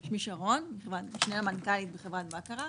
שלום, אני משנה למנכ"לית בחברת בקרה.